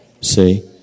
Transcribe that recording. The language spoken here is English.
See